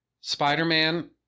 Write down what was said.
Spider-Man